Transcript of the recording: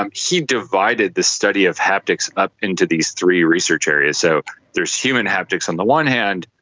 um he divided the study of haptics up into these three research areas. so there's human haptics on the one hand,